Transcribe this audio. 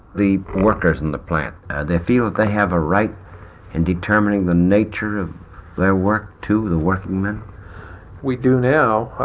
the workers in the plant and they feel that they have a right in determining the nature of their work, too the working men we do now.